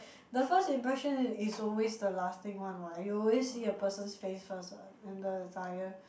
the first impression is always the lasting one what you always see a person's face first what and the attire